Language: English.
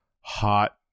hot